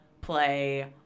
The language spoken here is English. play